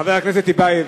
חבר הכנסת טיבייב,